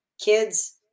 kids